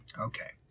okay